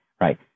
right